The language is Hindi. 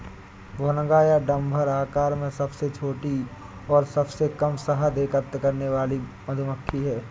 भुनगा या डम्भर आकार में सबसे छोटी और सबसे कम शहद एकत्र करने वाली मधुमक्खी है